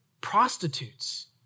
prostitutes